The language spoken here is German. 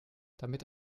damit